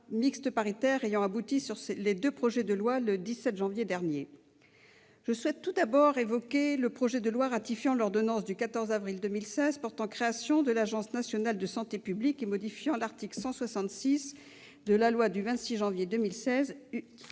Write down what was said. mixtes paritaires ayant abouti à un accord sur ces deux textes le 17 janvier dernier. Je souhaite tout d'abord évoquer le projet de loi ratifiant l'ordonnance du 14 avril 2016 portant création de l'Agence nationale de santé publique et modifiant l'article 166 de la loi du 26 janvier 2016.